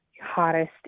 hottest